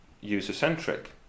user-centric